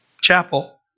chapel